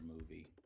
movie